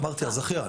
אמרתי הזכיין.